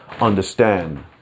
understand